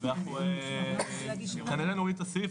זה רלוונטי לשישה בתי חולים,